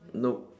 nope